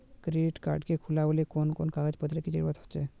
Credit card के खुलावेले कोन कोन कागज पत्र की जरूरत है?